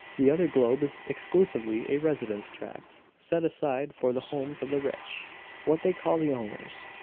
the other globe is exclusively a residence tract, set aside for the homes of the rich what they call the owners.